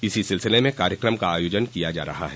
इसी सिलसिले में कार्यकम का आयोजन किया जा रहा है